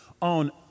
on